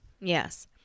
Yes